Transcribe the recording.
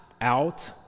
out